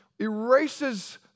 erases